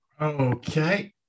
Okay